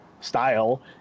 style